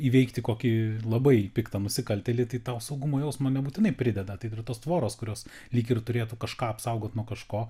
įveikti kokį labai piktą nusikaltėlį tai tau saugumo jausmo nebūtinai prideda tai dar tos tvoros kurios lyg ir turėtų kažką apsaugot nuo kažko